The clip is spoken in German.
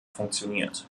funktioniert